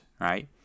right